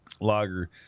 lager